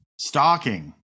stalking